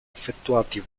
effettuati